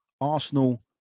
Arsenal